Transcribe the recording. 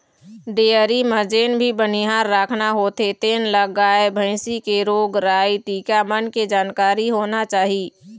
dairy म जेन भी बनिहार राखना होथे तेन ल गाय, भइसी के रोग राई, टीका मन के जानकारी होना चाही